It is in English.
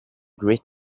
great